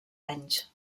anys